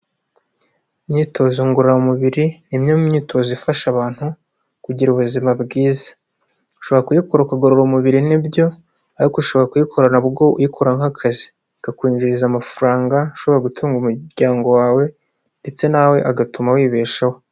Imyitozo ngororamubiri ni imwe mu myitozo ifasha abantu kugira ubuzima bwiza, ushobora kuyikora ukagorora umubiri ni byo ariko ushobora kuyikora uyikora nk'akazi ikakwinjiriza amafaranga ushobora gutunga umuryango wawe ndetse nawe igatuma wibeshaho.